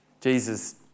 Jesus